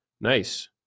Nice